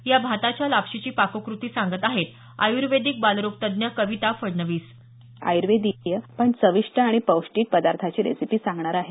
या भाताच्या लाप्शीबद्दल पाककृती सांगत आहेत आयुर्वेदीक बालरोग तज्ञ कविता फडणवीस आयर्वेदीय पण पौष्टीक आणि चविष्ट पदार्थाची रेसिपी सांगणार आहे